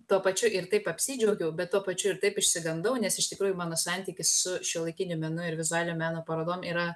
tuo pačiu ir taip apsidžiaugiau bet tuo pačiu ir taip išsigandau nes iš tikrųjų mano santykis su šiuolaikiniu menu ir vizualiojo meno parodom yra